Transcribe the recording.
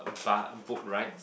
but boat ride